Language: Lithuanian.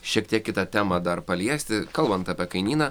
šiek tiek kitą temą dar paliesti kalbant apie kainyną